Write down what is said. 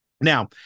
Now